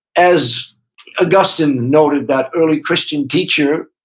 as augustine noted, that early christian teacher,